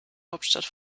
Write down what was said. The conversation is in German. hauptstadt